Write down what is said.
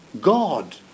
God